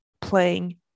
playing